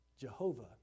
Jehovah